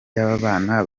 y’abana